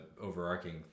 overarching